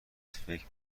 فکر